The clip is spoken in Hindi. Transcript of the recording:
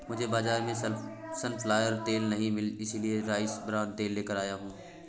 मुझे बाजार में सनफ्लावर तेल नहीं मिला इसलिए मैं राइस ब्रान तेल लेकर आया हूं